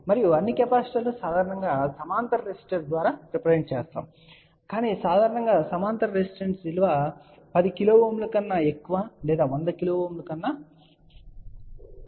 మరియు అన్ని కెపాసిటర్లు సాధారణంగా సమాంతర రెసిస్టర్ ద్వారా రిప్రజెంట్ చేస్తాము కాని సాధారణంగా సమాంతర రెసిస్టర్ విలువ సాధారణంగా 10 KΩ కన్నా ఎక్కువ లేదా 100 KΩ గా ఉంటుందని చెప్పవచ్చు